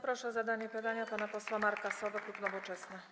Proszę o zadanie pytania pana posła Marka Sowę, klub Nowoczesna.